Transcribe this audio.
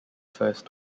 first